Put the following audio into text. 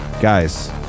guys